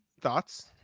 thoughts